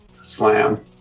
slam